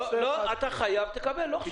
אתה חייב, תקבל, לא עכשיו.